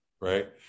right